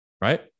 right